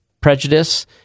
prejudice